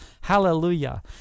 Hallelujah